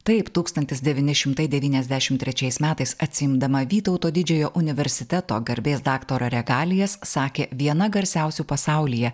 taip tūkstantis devyni šimtai devyniasdešim trečiais metais atsiimdama vytauto didžiojo universiteto garbės daktaro regalijas sakė viena garsiausių pasaulyje